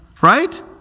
right